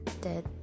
dead